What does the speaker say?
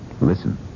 Listen